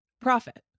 Profit